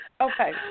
Okay